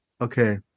Okay